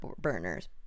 burners